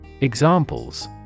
Examples